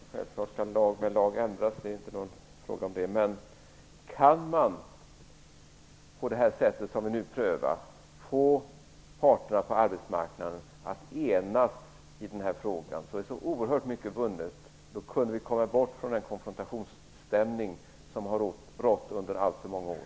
Fru talman! Självfallet skall lag med lag ändras. Det är inte fråga om det. Men kan man på det sätt som vi nu prövar få parterna på arbetsmarknaden att enas i den här frågan är det oerhört mycket vunnet. Då kunde vi komma bort från den konfrontationsställing som har rått under alltför många år.